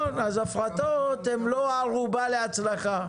הפרטות הן לא ערובה להצלחה,